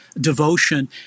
devotion –